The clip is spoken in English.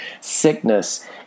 sickness